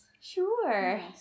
Sure